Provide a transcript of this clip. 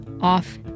off